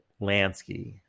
Lansky